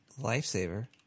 lifesaver